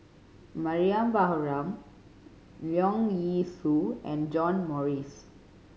Mariam Baharom Leong Yee Soo and John Morrice